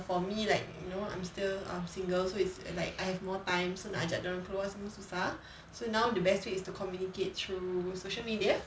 for me like you know I'm still I'm single so it's like I have more time so nak ajak dia orang keluar semua susah so now the best way is to communicate through social media